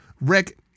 Rick